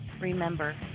Remember